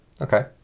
okay